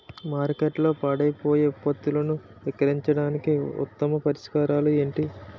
మార్కెట్లో పాడైపోయే ఉత్పత్తులను విక్రయించడానికి ఉత్తమ పరిష్కారాలు ఏంటి?